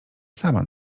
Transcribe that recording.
sama